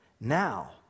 Now